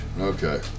Okay